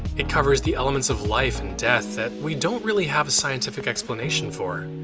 it covers the elements of life and death that we don't really have a scientific explanation for.